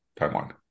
timeline